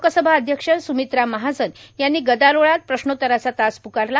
लोकसभा अध्यक्ष सुमित्रा महाजन यांनी गदारोळात प्रश्नोत्तराचा तास प्कारला